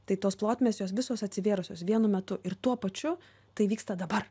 tai tos plotmės jos visos atsivėrusios vienu metu ir tuo pačiu tai vyksta dabar